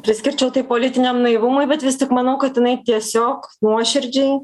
priskirčiau tai politiniam naivumui bet vis tik manau kad jinai tiesiog nuoširdžiai